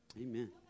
Amen